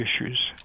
issues